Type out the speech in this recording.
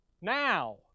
Now